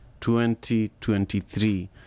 2023